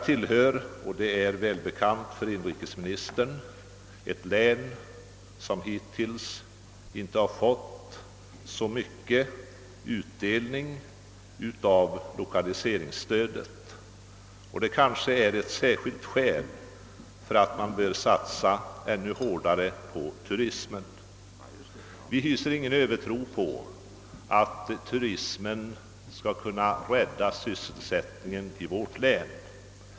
Som inrikesministern väl känner till har det län jag tillhör inte fått så mycket utdelning av lokaliseringsstödet hittills, och det är kanske ett särskilt skäl för att man där bör satsa ännu hårdare på turismen. Vi hyser ingen övertro på att turismen skall kunna rädda sysselsättningen i vårt län.